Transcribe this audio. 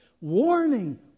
Warning